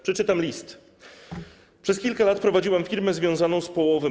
Przeczytam list: Przez kilka lat prowadziłam firmę związaną z połowem.